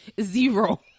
zero